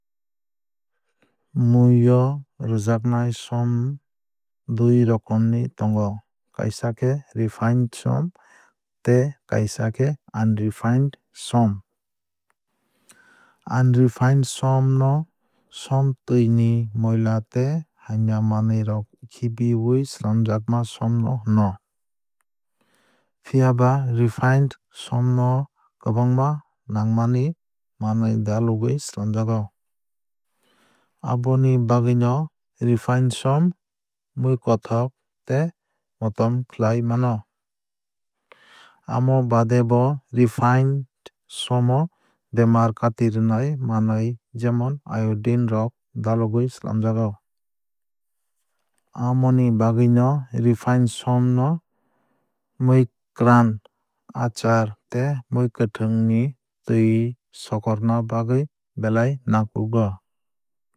Mui o rwjaknai som dui rokom ni tongo kaisa khe refined som tei kaisa khe unrefined som. Unrefined som no somtwui ni moila tei hamya manwui rok khibiwui swlamjakma som no hino. Phiaba refined som no kwbangma nangmani manwui dalogwui swlamjago. Aboni bagwui no refined som mui kothok tei mottom khlai mano. Amo baade bo refined som o bemar katirwnai manwui jemon iodine rok dalogwui swlamjago. Amoni bagwui no refined som no muikwran achaar tei mui kwthwng ni twui sokorna bagwui belai nangkugo.